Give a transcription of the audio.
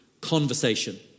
conversation